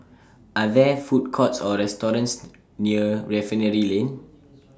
Are There Food Courts Or restaurants near Refinery Lane